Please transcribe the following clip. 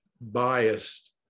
biased